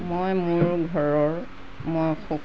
মই মোৰ ঘৰৰ মই